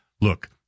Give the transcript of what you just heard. look